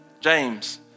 James